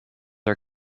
are